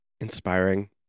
Inspiring